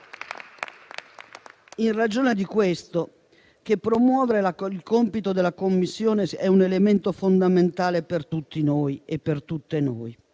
in ragione di questo che promuovere il compito della Commissione è un elemento fondamentale per tutti noi e per tutte noi.